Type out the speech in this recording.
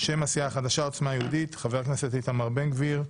שם הסיעה החדשה: עוצמה יהודית חבר הכנסת איתמר בן גביר.